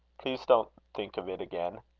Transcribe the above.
please don't think of it again.